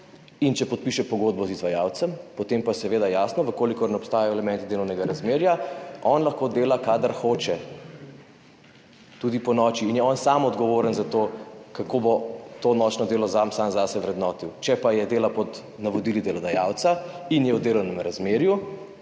in če podpiše pogodbo z izvajalcem, potem pa, seveda, jasno, če ne obstajajo elementi delovnega razmerja, on lahko dela, kadar hoče, tudi ponoči, in je on sam odgovoren za to, kako bo to nočno delo sam zase vrednotil. Če pa dela po navodilih delodajalca in je v delovnem razmerju,